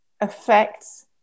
affects